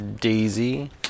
Daisy